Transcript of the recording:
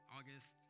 August